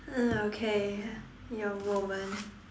uh okay your moment